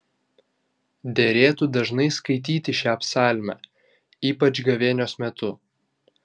derėtų dažnai skaityti šią psalmę ypač gavėnios metu